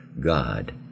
God